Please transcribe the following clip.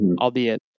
albeit